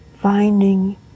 finding